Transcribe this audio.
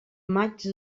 maig